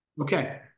Okay